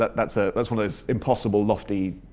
that's ah that's one of those impossible lofty